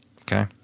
Okay